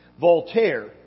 Voltaire